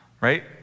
right